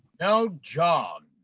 now john,